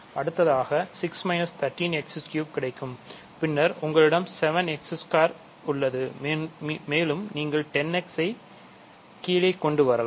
அடுத்ததாக x3 கிடைக்கும் பின்னர் உங்களிடம்7x2 உள்ளது மேலும் நீங்கள் 10 x கீழே கொண்டு வரலாம்